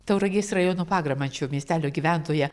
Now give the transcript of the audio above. tauragės rajono pagramančio miestelio gyventoja